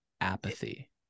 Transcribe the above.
apathy